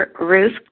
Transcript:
Ruth